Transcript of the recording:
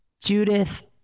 judith